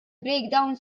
breakdown